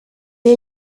est